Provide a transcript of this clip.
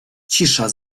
cisza